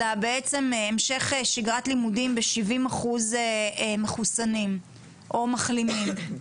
אלא בעצם המשך שגרת לימודים ב-70% מחוסנים או מחלימים.